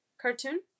cartoon